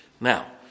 Now